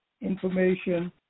information